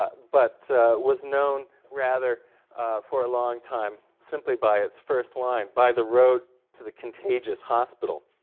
ah but was known rather for a long time simply by its first line, by the road to the contagious hospital.